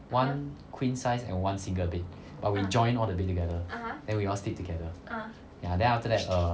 one queen size and one single bed but we joined all the bed together then we all sleep together ya then after that err